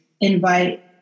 invite